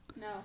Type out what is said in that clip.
No